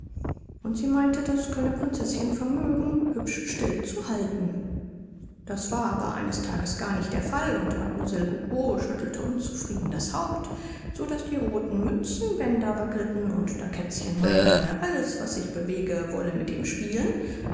und sie meinte das könne prinzeßchen vermögen hübsch still zu halten das war aber eines tages gar nicht der fall und mademoiselle gogo schüttelte unzufrieden das haupt so daß die rothen mützenbänder wackelten und da kätzchen meinte alles was sich bewege wolle mit ihr spielen